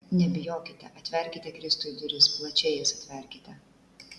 nebijokite atverkite kristui duris plačiai jas atverkite